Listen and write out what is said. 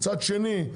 מצד שני,